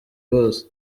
bose